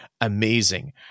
amazing